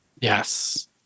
Yes